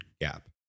gap